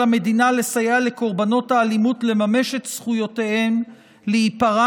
על המדינה לסייע לקורבנות האלימות לממש את זכויותיהן להיפרע